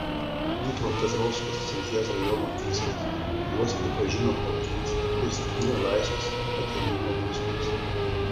dnipropetrovsko srities rajono teismas juos pripažino kaltais ir skyrė laisvės atėmimo bausmes